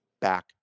back